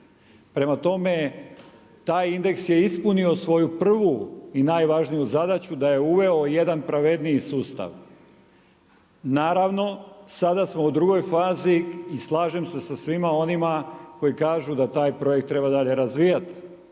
Prema tome, taj indeks je ispunio svoju prvu i najvažniju zadaću da je uveo jedan pravedniji sustav. Naravno sada smo u drugoj fazi i slažem se sa svima onima koji kažu da taj projekt treba dalje razvijati.